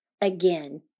again